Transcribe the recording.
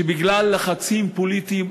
שבגלל לחצים פוליטיים,